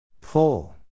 Pull